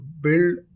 build